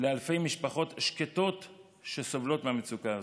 לאלפי משפחות שקטות שסובלות מהמצוקה הזאת.